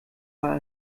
war